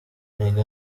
erega